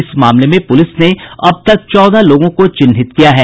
इस मामले में पुलिस ने अब तक चौदह लोगों को चिन्हित किया है